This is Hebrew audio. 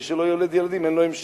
מי שלא יולד ילדים, אין לו המשך,